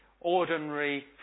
ordinary